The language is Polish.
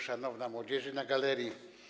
Szanowna Młodzieży na Galerii!